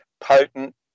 potent